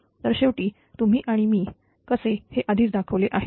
तरशेवटी तुम्ही आणि मी कसे हे आधीच दाखवले आहे